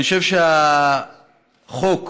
אני חושב שהחוק שאתם,